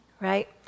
right